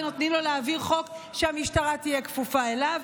ונותנים לו להעביר חוק שהמשטרה תהיה כפופה אליו.